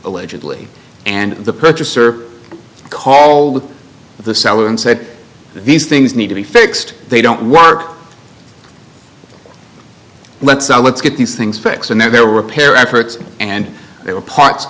allegedly and the purchaser called the seller and said these things need to be fixed they don't work let's let's get these things fixed and they're repair efforts and they were parts